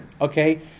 okay